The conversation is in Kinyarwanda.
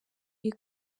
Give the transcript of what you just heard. iyi